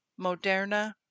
Moderna